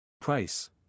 Price